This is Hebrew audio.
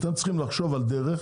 אתם צריכים לחשוב על דרך